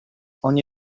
ogni